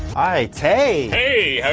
hi, tay! hey,